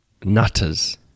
nutters